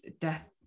death